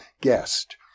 guest